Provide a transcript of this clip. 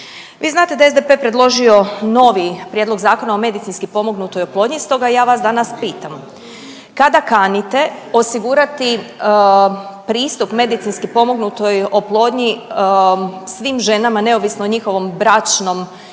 Vi znate da je SDP predložio novi prijedlog zakona o medicinski potpomognutoj oplodnji, stoga ja vas danas pitam, kada kanite osigurati pristup medicinski pomognutoj oplodnji svim ženama, neovisno o njihovom bračnom ili